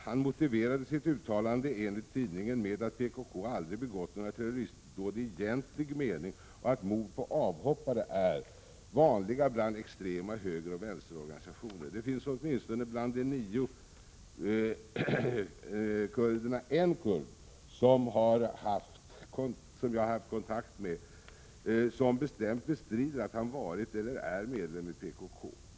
Han motiverade enligt tidningen sitt uttalande med att ”PKK aldrig har begått några terroristdåd i egentlig mening och att mord på avhoppare är vanliga bland extremistiska högeroch vänsterorganisationer”. Det finns åtminstone bland de nio en kurd, som jag haft kontakt med och som bestämt bestrider att han har varit eller är medlem i PKK.